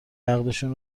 عقدشون